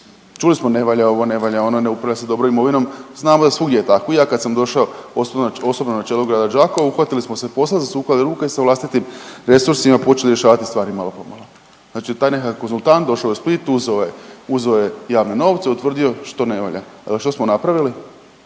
Čuli smo ne valja ovo, ne valja ono, ne upravlja se dobro imovinom. Znamo se da je svugdje tako i ja kad sam došao osobno na čelo Grada Đakova, uhvatili smo se posla, zasukali ruke i sa vlastitim sredstvima počeli rješavati stvari malo pomalo. Znači taj nekakav konzultant došao je u Split, uzeo je, uzeo je javne novce, utvrdio što ne valja. Što smo napravili?